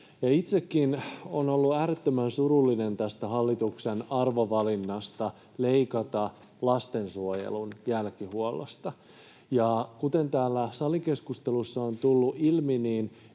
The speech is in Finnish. Itsekin olen ollut äärettömän surullinen tästä hallituksen arvovalinnasta leikata lastensuojelun jälkihuollosta. Ja kuten täällä salikeskustelussa on tullut ilmi,